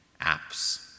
Apps